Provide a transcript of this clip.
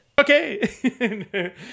Okay